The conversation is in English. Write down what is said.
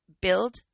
build